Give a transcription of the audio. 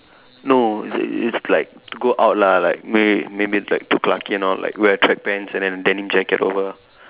no it's it's like to go out lah like may maybe like to Clarke Quay and all like wear track pants and then denim jacket over